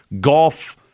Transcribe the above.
golf